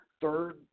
third